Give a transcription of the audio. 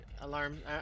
Alarm